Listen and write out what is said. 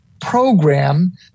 program